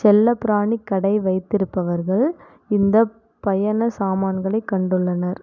செல்ல பிராணி கடை வைத்திருப்பவர்கள் இந்த பயண சாமான்களைக் கண்டுள்ளனர்